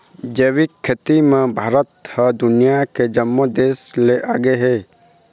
जैविक खेती म भारत ह दुनिया के जम्मो देस ले आगे हे